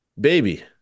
baby